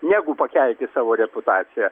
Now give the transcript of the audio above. negu pakelti savo reputaciją